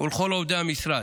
ולכל עובדי המשרד.